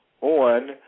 on